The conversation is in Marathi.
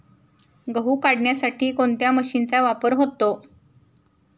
गहू काढण्यासाठी कोणत्या मशीनचा वापर होतो?